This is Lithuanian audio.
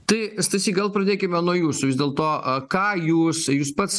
tai stasy gal pradėkime nuo jūsų vis dėlto ką jūs jūs pats